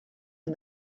and